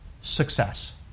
success